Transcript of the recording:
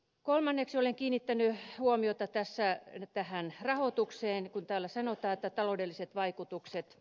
kolmanneksi olen kiinnittänyt huomiota tähän rahoitukseen kun täällä sanotaan taloudelliset vaikutukset